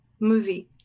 movie